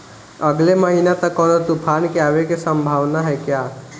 अगले महीना तक कौनो तूफान के आवे के संभावाना है क्या?